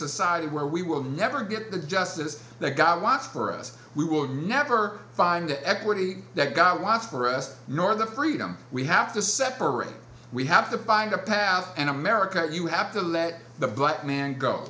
society where we will never get the justice that god wants for us we will never find the equity that got walk for us nor the freedom we have to separate we have to find a path and america you have to let the black man go